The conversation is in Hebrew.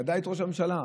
ודאי את ראש הממשלה,